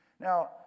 Now